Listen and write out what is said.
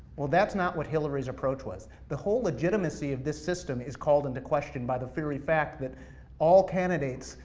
well that's not what hillary's approach was. the whole legitimacy of this system is called into question by the very fact that all candidates,